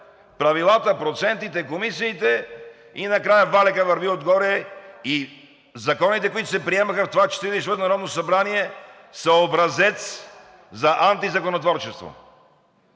правилата, процентите, комисиите и накрая валякът върви отгоре, и законите, които се приемаха в това Четиридесет и четвърто народно събрание, са образец за антизаконотворчество.